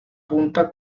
punta